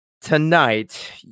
tonight